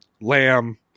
lamb